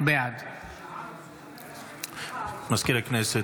בעד מזכיר הכנסת,